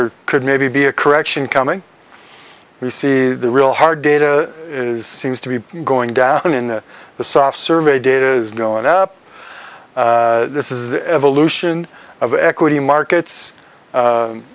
or could maybe be a correction coming we see the real hard data is seems to be going down in the soft survey data is going up this is the evolution of equity markets